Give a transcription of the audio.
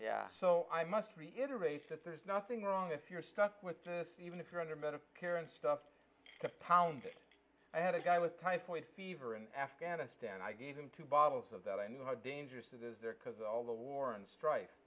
yeah so i must reiterate that there's nothing wrong if you're stuck with even if you're under medical care and stuff compounded i had a guy with typhoid fever in afghanistan i gave him two bottles of that i knew how dangerous it is there because of all the war and strife